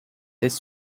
this